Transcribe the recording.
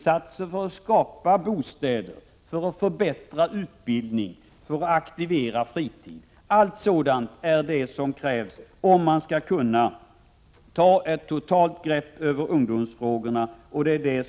Satsningar för att skapa bostäder, för att förbättra utbildning och för att stimulera till fritidsaktiviteter är sådant som krävs om man skall kunna få ett totalt grepp över ungdomsfrågorna.